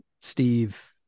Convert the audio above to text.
Steve